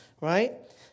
right